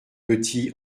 petit